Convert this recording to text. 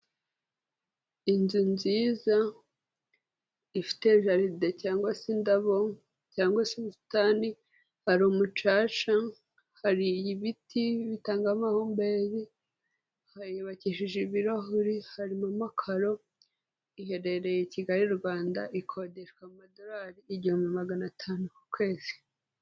Inzu nziza ifite jaride cyangwa se indabo cyangwa se ubusutani, hari umucaca, hari ibiti bitanga amahumbezi, yubakishije ibirahuri harimo amakaro, iherereye i Kigali Rwanda, ikodeshwa amadolari igihumbi magana atanu ku kwezi.